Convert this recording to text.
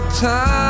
time